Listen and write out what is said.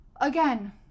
again